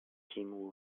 team